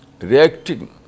reacting